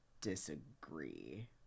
disagree